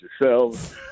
yourselves